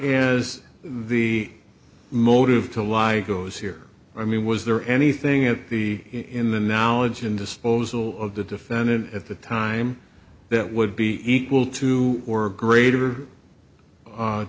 is the motive to lie it goes here i mean was there anything at the in the now engine disposal of the defendant at the time that would be equal to or greater